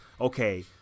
okay